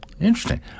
Interesting